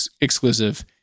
exclusive